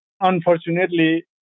Unfortunately